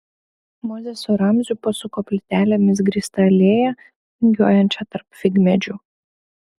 mozė su ramziu pasuko plytelėmis grįsta alėja vingiuojančia tarp figmedžių